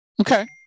okay